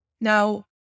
Now